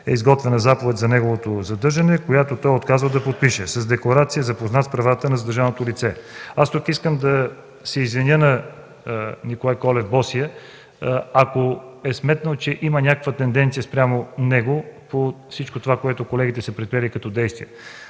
е изготвена заповед за неговото задържане, която той е отказал да подпише. С декларация е запознат с правата на задържаното лице. Тук искам да се извиня на Николай Колев–Босия, ако е сметнал, че има някаква тенденция спрямо него – всичко това, което колегите са предприели като действия.